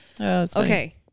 Okay